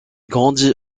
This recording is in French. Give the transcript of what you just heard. grandit